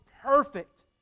perfect